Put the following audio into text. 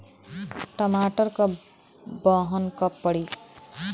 टमाटर क बहन कब पड़ी?